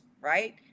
right